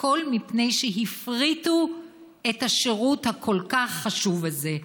הכול מפני שהפריטו את השירות הכל-כך חשוב הזה.